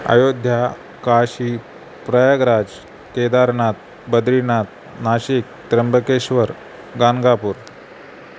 Ayodhya Kashi Prayagraj Kedarnath Badrinath Nashik Trimbakeshwar Ganagapur